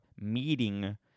meeting